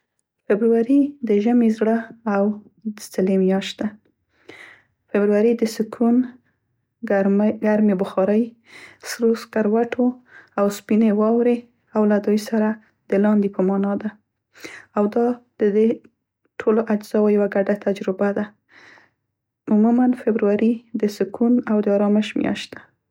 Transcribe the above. فبروري د ژمي زړه او د څلې میاشت ده. فبروري د سکون، ګرمې بخارۍ، سرو سکروټو او سپینې واورې او له دوی سره د لاندي په معنا ده. او دا د دې ټولو اجزاوو یوه ګډه تجربه ده. عموماً فبروري د سکون او ارامش میاشت ده.